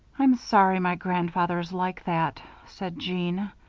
i'm sorry my grandfather is like that, said jeanne,